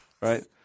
Right